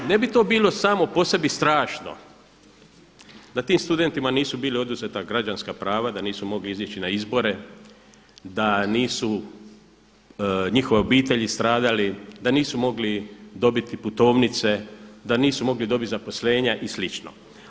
Ne bi to bilo samo po sebi strašno da tim studentima nisu bila oduzeta građanska prava, da nisu mogli izići na izbore, da nisu njihove obitelji stradali, da nisu mogli dobiti putovnice, da nisu mogli dobiti zaposlenja i slično.